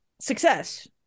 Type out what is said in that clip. success